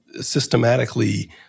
systematically